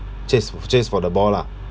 chase f~ chase for the ball lah